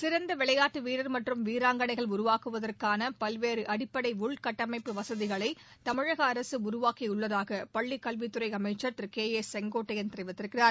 சிறந்த விளையாட்டு வீரர் மற்றும் வீராங்கனைகள் உருவாக்குவதற்கான பல்வேறு அடிப்படை உள்கட்டமைப்பு வசதிகளை தமிழக அரசு உருவாக்கியுள்ளதாக பள்ளிக்கல்வித் துறை அமைச்சர் திரு கே ஏ செங்கோட்டையன் கூறியிருக்கிறார்